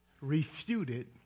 refuted